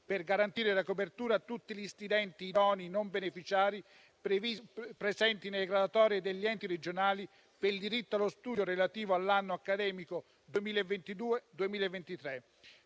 per garantire la copertura a tutti gli studenti idonei non beneficiari presenti nelle graduatorie degli enti regionali per il diritto allo studio relativo all'anno accademico 2022-2023.